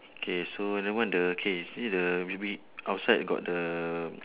K so another one the K see the outside got the